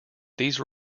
these